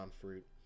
fruit